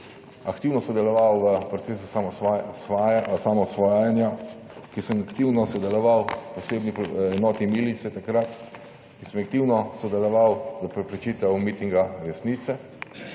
aktivno sodeloval v procesu osamosvajanja, ki sem aktivno sodeloval v posebni enoti milice. Takrat sem aktivno sodeloval za preprečitev mitinga resnice